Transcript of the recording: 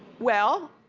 well,